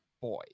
Boy